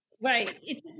right